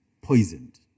poisoned